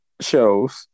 shows